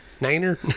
Niner